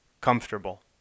comfortable